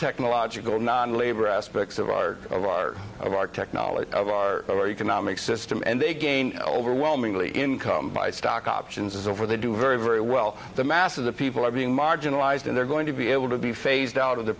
technological non labor aspects of our of our of our technology of our of our economic system and they gain overwhelmingly income by stock options is over they do very very well the mass of the people are being marginalized and they're going to be able to be phased out of the